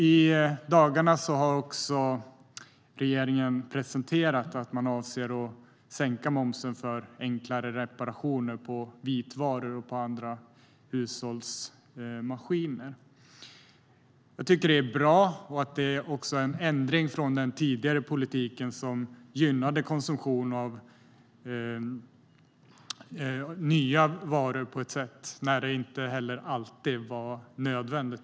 I dagarna har regeringen presenterat att man avser att sänka momsen för enklare reparationer på vitvaror och andra hushållsmaskiner. Jag tycker att det är bra. Det är en ändring jämfört med den tidigare politiken som gynnade konsumtion av nya varor, även om sådan inte alltid var nödvändig.